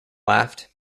laughed